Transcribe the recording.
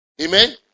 Amen